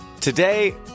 Today